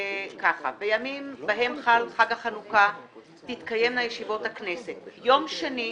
בימים בהם חל חג החנוכה תתקיימנה ישיבות הכנסת: יום שני,